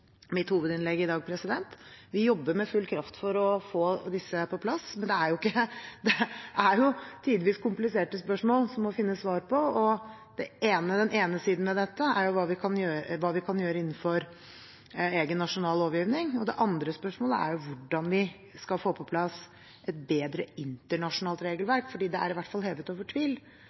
mitt hovedinnlegg i dag. Vi jobber med full kraft for å få disse på plass, men det er tidvis kompliserte spørsmål å finne svar på. Den ene siden av dette er hva vi kan gjøre innenfor egen nasjonal lovgivning, og det andre er hvordan vi skal få på plass et bedre internasjonalt regelverk. Det er i hvert fall hevet over tvil